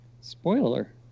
spoiler